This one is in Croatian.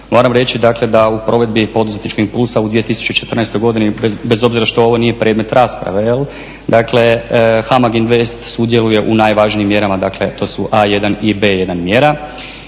Moram reći dakle da u provedbi poduzetničkog impulsa u 2014. godini bez obzira što ovo nije predmet rasprave dakle HAMAG INVEST sudjeluje u najvažnijim mjerama dakle to su A1 i B1 mjera.